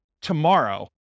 tomorrow